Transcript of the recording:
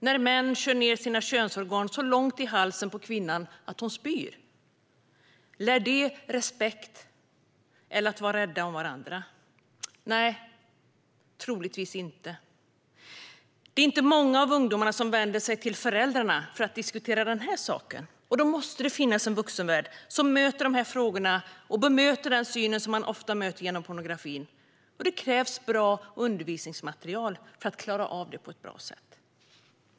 När män kör ner sina könsorgan så långt i halsen på kvinnan att hon spyr - lär det respekt och att vara rädda om varandra? Nej, troligtvis inte. Det är inte många av ungdomarna som vänder sig till föräldrarna för att diskutera detta. Det måste finnas en vuxenvärld som möter dessa frågor och bemöter den syn som man ofta möter genom pornografin. Det krävs bra undervisningsmaterial för att klara av det på ett bra sätt.